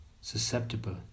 susceptible